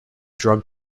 drug